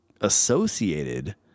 associated